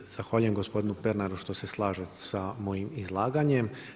Ja se zahvaljujem gospodinu Pernaru što se slaže sa mojim izlaganjem.